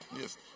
Yes